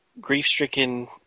grief-stricken